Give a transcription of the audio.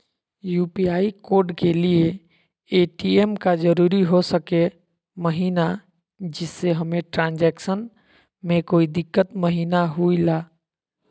UPI code के लिए ATM का जरूरी हो सके महिना जिससे हमें ट्रांजैक्शन में कोई दिक्कत महिना हुई ला?